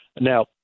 Now